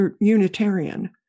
Unitarian